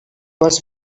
was